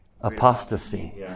Apostasy